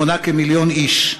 המונה כמיליון איש.